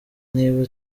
niba